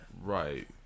Right